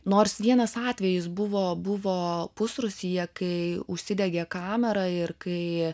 nors vienas atvejis buvo buvo pusrūsyje kai užsidegė kamera ir kai